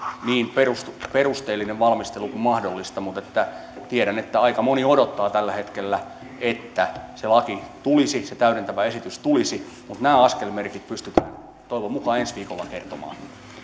niin perusteellinen valmistelu kuin mahdollista mutta tiedän että aika moni odottaa tällä hetkellä että se täydentävä esitys tulisi ja se laki tulisi nämä askelmerkit pystytään toivon mukaan ensi viikolla kertomaan